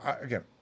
again